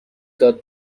داد